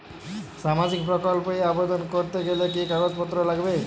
সামাজিক প্রকল্প এ আবেদন করতে গেলে কি কাগজ পত্র লাগবে?